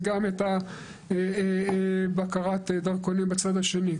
וגם את בקרת הדרכונים בצד השני.